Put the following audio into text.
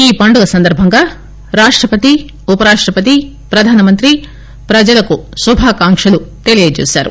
ఈ పండుగ సందర్బంగా రాష్టపతి ఉపరాష్టపతి ప్రధానమంత్రి ప్రజలకు శుభాకాంక్షలు తెలీయజేశారు